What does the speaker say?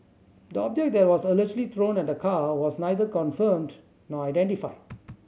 the object that was allegedly thrown at the car was neither confirmed nor identified